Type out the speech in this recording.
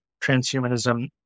transhumanism